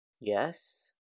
Yes